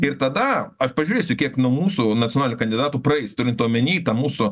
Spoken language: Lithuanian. ir tada aš pažiūrėsiu kiek nuo mūsų nacionalinių kandidatų praeis turint omeny tą mūsų